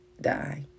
die